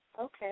okay